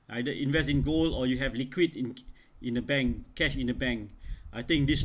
either invest in gold or you have liquid ink~ in a bank cash in the bank I think this